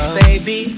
baby